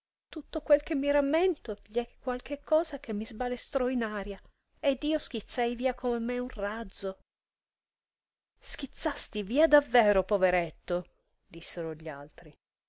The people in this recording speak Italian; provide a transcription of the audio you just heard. raccontarvelo tutto quel che mi rammento gli è qualche cosa che mi sbalestrò in aria ed io schizzai via come un razzo schizzasti via davvero poveretto dissero gli altri